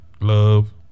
love